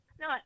No